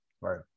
Right